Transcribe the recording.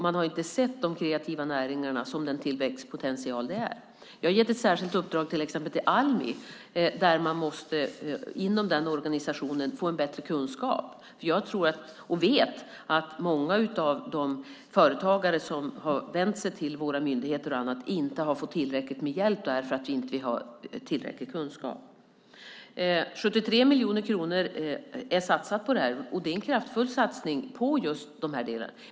Man har inte sett de kreativa näringarna som den tillväxtpotential de är. Jag har till exempel gett ett särskilt uppdrag till Almi. Inom den organisationen måste man få bättre kunskap. Jag vet att många av de företagare som har vänt sig till våra myndigheter och annat inte har fått tillräckligt med hjälp för att det inte finns tillräcklig kunskap. 73 miljoner kronor är satsade på detta. Det är en kraftfull satsning på dessa delar.